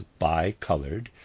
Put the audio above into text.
bicolored